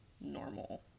normal